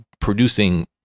producing